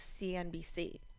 CNBC